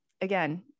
again